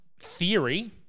theory